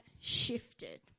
shifted